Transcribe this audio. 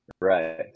Right